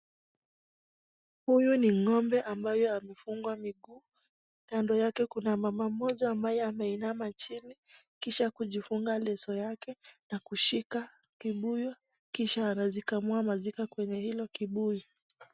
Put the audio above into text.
Huyu NI ng'ombe ambaye amefungwa miguu kando Yake Kuna Mama Moja ambaye ameinama chini kisha kujifunga leso yake na kushika kibuyu kisha anazikamua maziwa kwenye Hilo kibuyu.